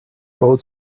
boat